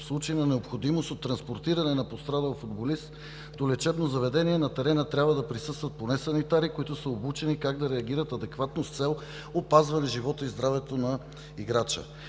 В случай на необходимост от транспортиране на пострадал футболист до лечебно заведение на терена трябва да присъстват поне санитари, които са обучени как да реагират адекватно с цел опазване живота и здравето на играча.